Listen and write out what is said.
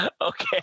Okay